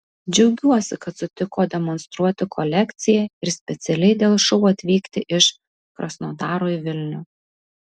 džiaugiuosi kad sutiko demonstruoti kolekciją ir specialiai dėl šou atvykti iš krasnodaro į vilnių